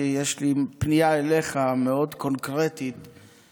כי יש לי פנייה מאוד קונקרטית אליך,